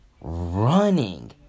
running